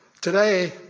Today